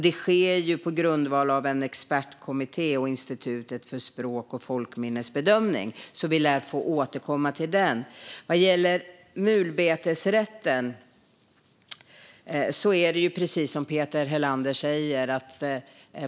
Det sker på grundval av bedömningar från en expertkommitté och från Institutet för språk och folkminnen. Vi lär få återkomma till detta. Vad gäller mulbetesrätten är det precis som Peter Helander säger.